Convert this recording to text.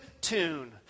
tune